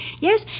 Yes